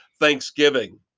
Thanksgiving